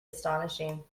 astonishing